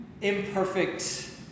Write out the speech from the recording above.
imperfect